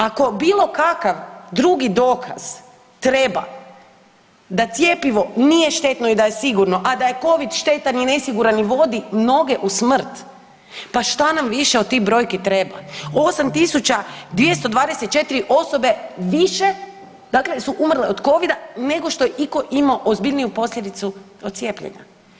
Ako bilo kakav drugi dokaz treba da cjepivo nije štetno i da je sigurno, a da je covid štetan i nesiguran i vodi mnoge u smrt, pa šta nam više od tih brojki treba, 8.224 osobe više, dakle su umrle od covida nego što je iko imao ozbiljniju posljedicu od cijepljenja.